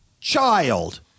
child